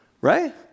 Right